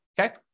okay